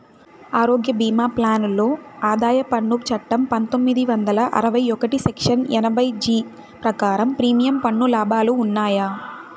ఆరోగ్య భీమా ప్లాన్ లో ఆదాయ పన్ను చట్టం పందొమ్మిది వందల అరవై ఒకటి సెక్షన్ ఎనభై జీ ప్రకారం ప్రీమియం పన్ను లాభాలు ఉన్నాయా?